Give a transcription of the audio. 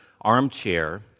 armchair